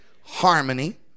harmony